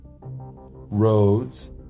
roads